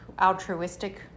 Altruistic